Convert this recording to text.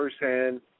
firsthand